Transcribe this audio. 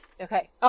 Okay